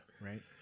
Right